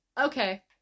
okay